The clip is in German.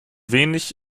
wenig